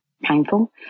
painful